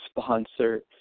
sponsor